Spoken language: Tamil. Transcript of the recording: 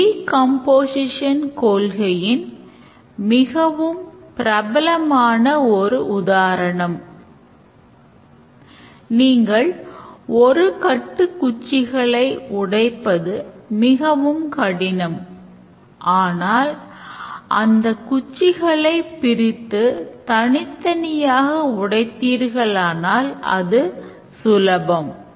டிகம்போசிஷன் கொள்கையின் மிகவும் பிரபலமான ஓர் உதாரணம் நீங்கள் ஒரு கட்டு குச்சிகளை உடைப்பது மிகவும் கடினம் ஆனால் அந்த குச்சிகளை பிரித்து தனித்தனியாக உடைத்தீர்களானால் அது சுலபம்